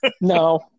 No